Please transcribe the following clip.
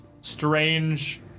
strange